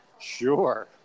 Sure